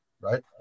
right